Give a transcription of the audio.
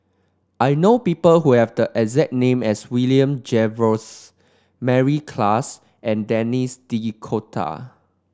I know people who have the exact name as William Jervois Mary Klass and Denis D'Cotta